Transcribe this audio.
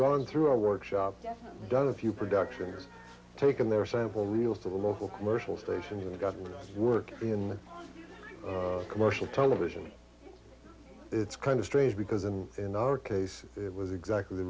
gone through a workshop done a few production has taken their sample real to the local commercial station and got to work in the commercial television it's kind of strange because i'm in our case it was exactly the